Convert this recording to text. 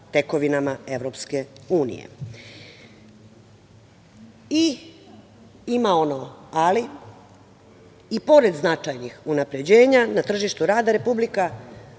tekovinama Evropske unije. Ima i ono – ali. I pored značajnih unapređenja na tržištu rada, Republika